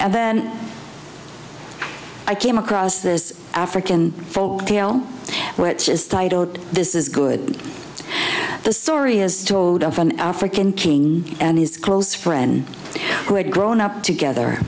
and then i came across this african fog tale which is titled this is good the story is told of an african king and his close friend who had grown up together